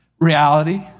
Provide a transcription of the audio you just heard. reality